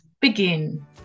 begin